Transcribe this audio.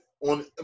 on